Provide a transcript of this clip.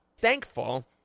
thankful